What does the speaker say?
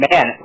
Man